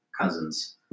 cousins